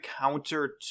counter